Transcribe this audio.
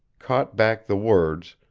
caught back the words,